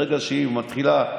ברגע שהיא מתחילה,